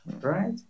Right